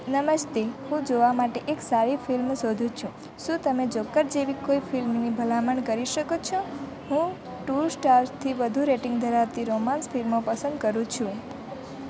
નમસ્તે હું જોવા માટે એક સારી ફિલ્મ શોધું છું શું તમે જોકર જેવી કોઈ ફિલ્મની ભલામણ કરી શકો છો હું ટુ સ્ટાર્સથી વધુ રેટિંગ ધરાવતી રોમાન્સ ફિલ્મો પસંદ કરું છું